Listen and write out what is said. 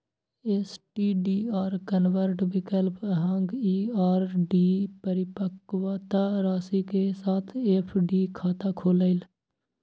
STDR convert विकल्प अहांक ई आर.डी परिपक्वता राशि के साथ एफ.डी खाता खोलत